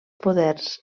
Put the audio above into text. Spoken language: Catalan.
poders